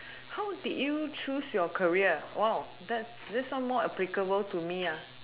how did you choose your career one of that's this one more applicable to me ah